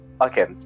okay